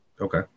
okay